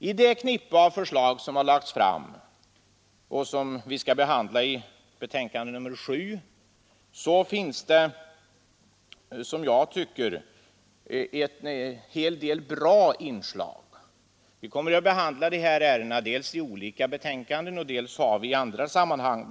I det knippe av förslag som lagts fram i olika betänkanden finns det, som jag tycker, en hel del bra inslag. En del av dessa ärenden skall vi behandla i dag, i inrikesutskottets betänkande nr 7, och en del har vi behandlat i andra sammanhang.